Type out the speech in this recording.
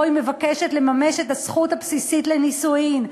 היא מבקשת לממש את הזכות הבסיסית לנישואים,